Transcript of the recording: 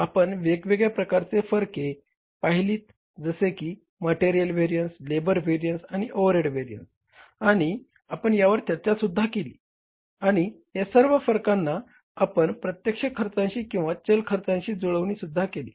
आपण वेगवेगळ्या प्रकारचे फरके आपण प्रत्यक्ष खर्चांशी किंवा चल खर्चांशी जुळवणीसुद्धा केली